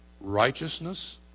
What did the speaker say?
Righteousness